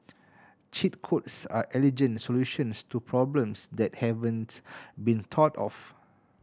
cheat codes are elegant solutions to problems that haven't been thought of